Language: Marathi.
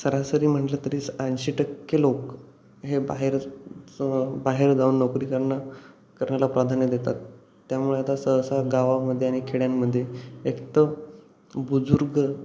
सरासरी म्हंटलं तरी ऐंशी टक्के लोक हे बाहेरच चं बाहेर जाऊन नोकरी करणं करण्याला प्राधान्य देतात त्यामुळे आता सहसा गावामध्ये आणि खेड्यांमध्ये एक तर बुजुर्ग